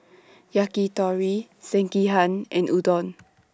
Yakitori Sekihan and Udon